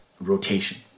rotation